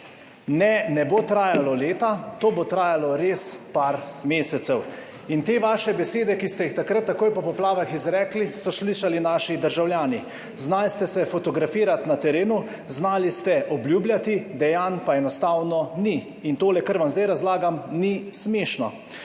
Ne, ne bo trajalo leta, to bo trajalo res par mesecev, te vaše besede, ki ste jih takrat takoj po poplavah izrekli, so slišali naši državljani. Znali ste se fotografirati na terenu, znali ste obljubljati, dejanj pa enostavno ni. Tole, kar vam zdaj razlagam, ni smešno.